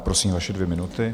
Prosím, vaše dvě minuty.